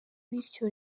bityo